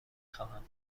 خواهم